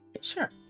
Sure